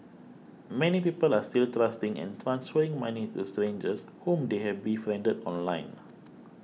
many people are still trusting and transferring money to strangers whom they have befriended online